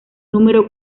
número